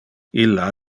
illa